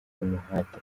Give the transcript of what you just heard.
umuhate